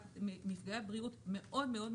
מפגעי הבריאות בסיפה מאוד מאוד מצטמצמים: